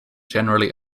generally